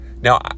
Now